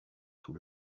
tout